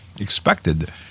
expected